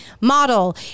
Model